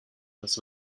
was